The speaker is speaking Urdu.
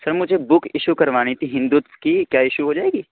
سر مجھے بک ایشو کروانی تھی ہندوت کی کیا ایشو ہو جائے گی